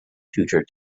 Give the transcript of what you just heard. tutor